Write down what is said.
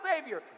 Savior